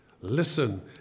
listen